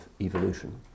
evolution